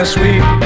sweet